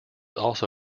also